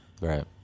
Right